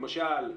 למשל,